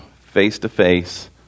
Face-to-face